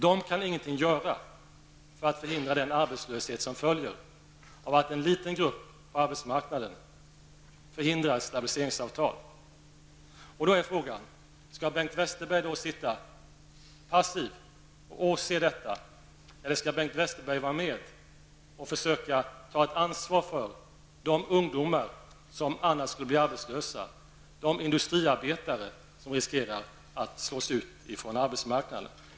De kan inte göra någonting för att förhindra den arbetslöshet som följer av att en liten grupp på arbetsmarknaden förhindrar ett stabiliseringsavtal. Då är frågan: Skall Bengt Westerberg då sitta passiv och åse detta, eller skall Bengt Westerberg vara med och försöka ta ett ansvar för de ungdomar som annars skulle bli arbetslösa och för de industriarbetare som riskerar att slås ut från arbetsmarknaden?